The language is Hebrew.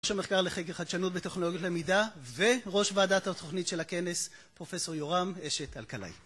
ראש המחקר לחקר חדשנות בטכנולוגיות למידה וראש ועדת התוכנית של הכנס, פרופ' יורם עשת-אלקלעי.